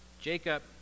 Jacob